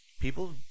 people